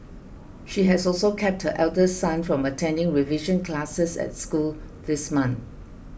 she has also kept her elder son from attending revision classes at school this month